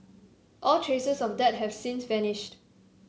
all traces of that have since vanished